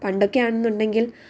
പണ്ടക്കെയാണെന്നുണ്ടെങ്കിൽ